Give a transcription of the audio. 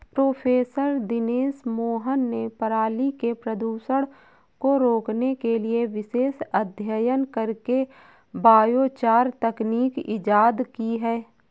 professor Dinesh Mohan ने पराली के प्रदूषण को रोकने के लिए विशेष अध्ययन करके बायोचार तकनीक इजाद की है